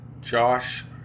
Josh